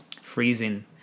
freezing